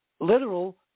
literal